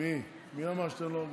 מי אמר שאתה לא הוגן?